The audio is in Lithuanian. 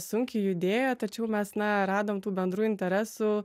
sunkiai judėjo tačiau mes na radom tų bendrų interesų